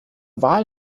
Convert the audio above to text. wahl